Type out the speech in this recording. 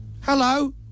hello